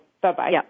bye-bye